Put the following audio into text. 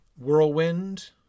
Whirlwind